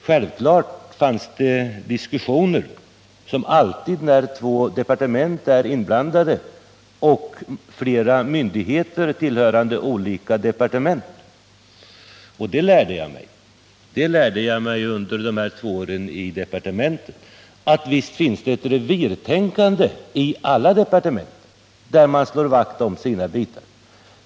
Självfallet fördes det diskussioner, som alltid när två departement är inblandade och flera myndigheter tillhörande olika departement. Jag lärde mig under de två åren i departementet att det visst finns ett revirtänkande i alla departement; man slår vakt om sina bitar.